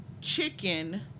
chicken